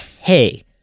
Hey